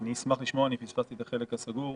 אני פספסתי את החלק הסגור.